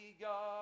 God